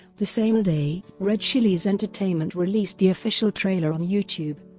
the same day, red chillies entertainment released the official trailer on youtube.